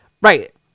right